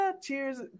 cheers